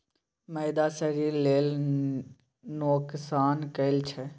मैदा शरीर लेल नोकसान करइ छै